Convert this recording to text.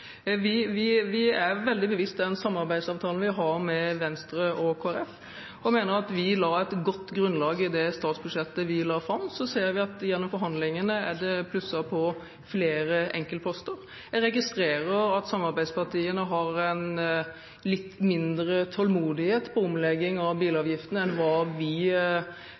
Vi er oss veldig bevisst den samarbeidsavtalen vi har med Venstre og Kristelig Folkeparti og mener at vi la et godt grunnlag i det statsbudsjettet vi la fram. Så ser vi at gjennom forhandlingene er det plusset på flere enkeltposter. Jeg registrerer at samarbeidspartiene har litt mindre tålmodighet på omlegging av bilavgiftene enn hva vi